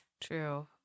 True